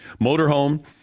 motorhome